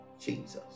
Jesus